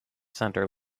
center